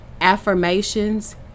affirmations